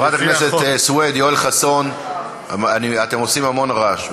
חברת הכנסת סויד, יואל חסון, אתם עושים המון רעש.